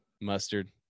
Mustard